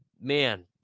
man